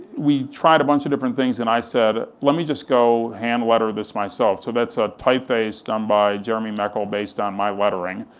we tried a bunch of different things and i said, let me just go hand-letter this myself, so that's a typeface done by jeremy meckle based on my lettering,